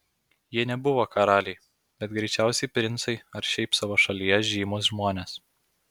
jie nebuvo karaliai bet greičiausiai princai ar šiaip savo šalyje žymūs žmonės